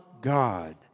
God